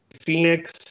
Phoenix